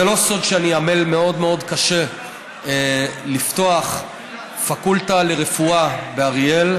זה לא סוד שאני עמל מאוד מאוד קשה לפתוח פקולטה לרפואה באריאל.